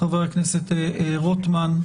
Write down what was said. חבר הכנסת רוטמן,